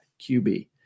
QB